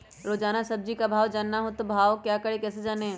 रोजाना सब्जी का भाव जानना हो तो क्या करें कैसे जाने?